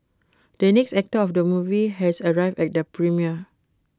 the actor of the movie has arrived at the premiere